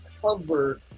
cover